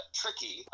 tricky